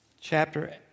Chapter